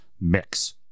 mix